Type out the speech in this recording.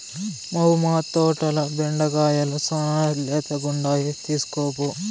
మ్మౌ, మా తోటల బెండకాయలు శానా లేతగుండాయి తీస్కోపో